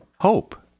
hope